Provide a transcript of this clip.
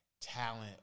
talent